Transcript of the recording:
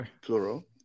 plural